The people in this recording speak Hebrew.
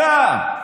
אתה.